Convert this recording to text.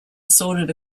assorted